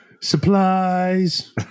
supplies